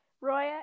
roya